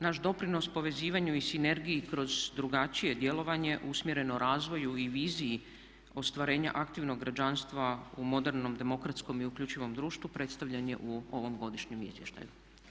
Naš doprinos povezivanju i sinergiji kroz drugačije djelovanje usmjereno razvoju i viziji ostvarenja aktivnog građanstva u modernom demokratskom i uključivom društvu predstavljan je u ovom godišnjem izvještaju.